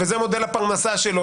וזה מודל הפרנסה שלו,